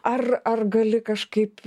ar ar gali kažkaip